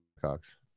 Cox